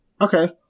okay